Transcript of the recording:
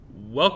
Welcome